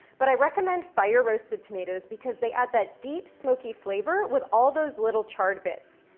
but i recommend fire roasted tomatoes because they add that deep smoky flavor with all those little charred bits.